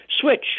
switch